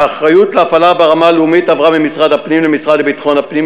האחריות להפעלה ברמה הלאומית עברה ממשרד הפנים למשרד לביטחון הפנים.